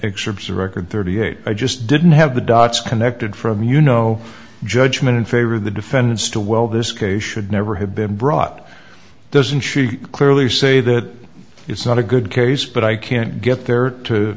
excerpts of record thirty eight i just didn't have the dots connected from you know judgment in favor of the defendants to well this case should never have been brought doesn't she clearly say that it's not a good case but i can't get there to